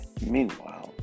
meanwhile